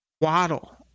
Waddle